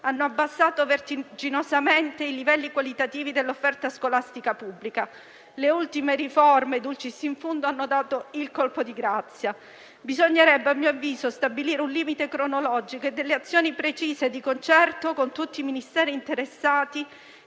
hanno abbassato vertiginosamente i livelli qualitativi dell'offerta scolastica pubblica. *Dulcis in fundo,* le ultime riforme hanno dato il colpo di grazia. Bisognerebbe, a mio avviso, stabilire un limite cronologico e azioni precise, di concerto con tutti i Ministeri interessati,